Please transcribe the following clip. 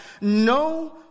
no